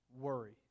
worry